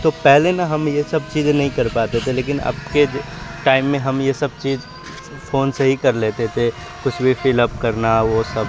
تو پہلے نا ہم یہ سب چیزیں نہیں کر پاتے تھے لیکن اب کے ٹائم میں ہم یہ سب چیز فون سے ہی کر لیتے تھے کچھ بھی فل اپ کرنا وہ سب